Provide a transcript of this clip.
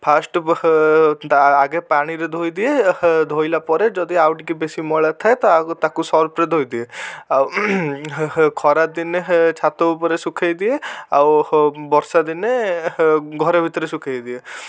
first ବ ତା' ଆଗେ ପାଣିରେ ଧୋଇଦିଏ ଧୋଇଲା ପରେ ଯଦି ଆଉ ଟିକିଏ ବେଶୀ ମଇଳା ଥାଏ ତାହାକୁ ତାକୁ ସର୍ଫରେ ଧୋଇଦିଏ ଆଉ ଖରାଦିନେ ଛାତ ଉପରେ ଶୁଖେଇ ଦିଏ ଆଉ ବର୍ଷା ଦିନେ ଘର ଭିତରେ ଶୁଖେଇ ଦିଏ